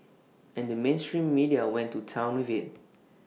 and the mainstream media went to Town with IT